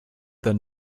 than